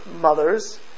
mothers